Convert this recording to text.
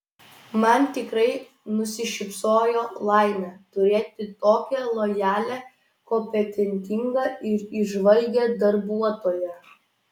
man tikrai nusišypsojo laimė turėti tokią lojalią kompetentingą ir įžvalgią darbuotoją